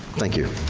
thank you,